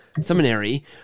seminary